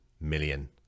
million